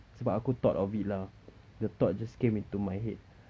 sebab aku thought of it lah the thought just came into my head